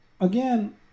again